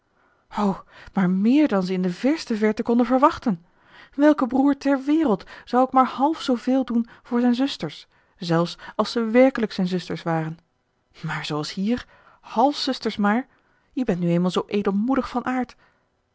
o maar meer dan ze in de verste verte konden verwachten welke broer ter wereld zou ook maar half zooveel doen voor zijn zusters zelfs als ze werkelijk zijn zusters waren maar zooals hier halfzusters maar je bent nu eenmaal zoo edelmoedig van aard